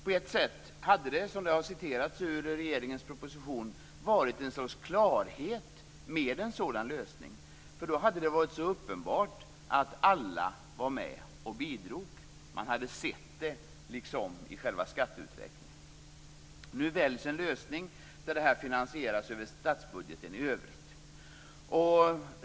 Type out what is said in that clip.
På ett sätt hade det, som det har citerats ur regeringens proposition, varit en sorts klarhet med en sådan lösning. Då hade det varit så uppenbart att alla var med och bidrog. Man hade sett det i själva skatteuträkningen. Nu väljs en lösning där detta finansieras över statsbudgeten i övrigt.